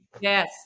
Yes